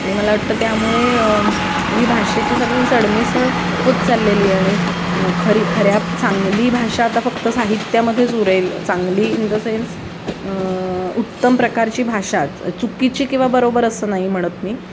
आणि मला वाटतं त्यामुळे ही भाषेची सगळी सरमिसळ होत चाललेली आणि खरी खऱ्या चांगली भाषा आता फक्त साहित्यामध्येच उरेल चांगली इन द सेन्स उत्तम प्रकारची भाषा चुकीची किंवा बरोबर असं नाही म्हणत मी